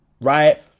right